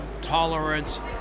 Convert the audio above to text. tolerance